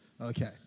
Okay